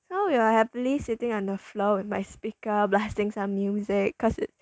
so we were happily sitting on the floor with my speakers blasting some music cause it